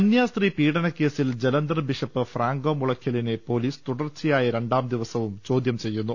കന്യാസ്ത്രീ പീഡനക്കേസിൽ Jalandhar bishop Franco മുളയ്ക്കലിനെ പോ ലീസ് തുടർച്ചയായ രണ്ടാം ദിവസവും ചോദ്യം ചെയ്യുന്നു